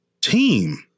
team